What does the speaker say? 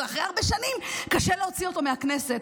אבל אחרי הרבה שנים קשה להוציא אותו מהכנסת.